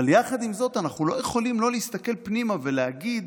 יחד עם זאת אנחנו לא יכולים לא להסתכל פנימה ולהגיד